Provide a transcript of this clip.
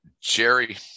Jerry